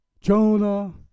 Jonah